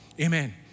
Amen